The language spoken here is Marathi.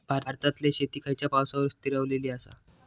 भारतातले शेती खयच्या पावसावर स्थिरावलेली आसा?